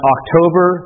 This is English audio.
October